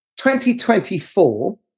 2024